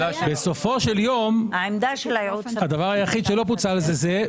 בסופו של יום הדבר היחיד שלא פוצל זה הדבר הזה